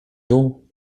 dół